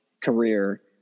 career